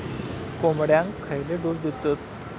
कोंबड्यांक खयले डोस दितत?